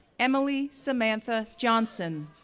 emily samantha johnson